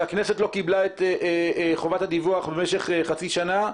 הכנסת לא קיבלה את חובת הדיווח החצי שנתית,